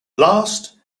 last